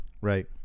Right